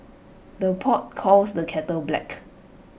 the pot calls the kettle black